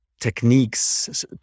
techniques